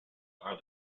are